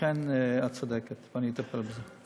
לכן את צודקת ואני אטפל בזה.